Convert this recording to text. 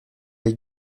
les